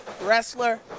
wrestler